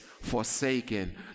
forsaken